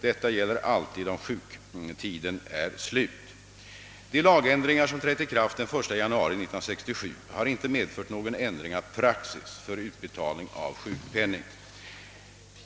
Detta gäller alltid om sjuktiden är slut. De lagändringar som trätt i kraft den 1 januari 1967 har inte medfört någon ändring av praxis för utbetalning av sjukpenning.